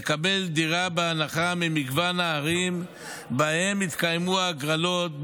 לקבל דירה בהנחה במגוון הערים שבהן התקיימות ההגרלות,